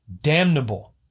damnable